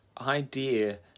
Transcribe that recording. idea